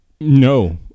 No